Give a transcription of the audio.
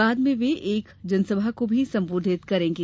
बाद में वे एक जनसभा को भी संबोधित करेंगे